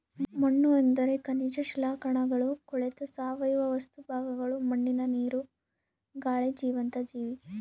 ಮಣ್ಣುಎಂದರೆ ಖನಿಜ ಶಿಲಾಕಣಗಳು ಕೊಳೆತ ಸಾವಯವ ವಸ್ತು ಭಾಗಗಳು ಮಣ್ಣಿನ ನೀರು, ಗಾಳಿ ಜೀವಂತ ಜೀವಿ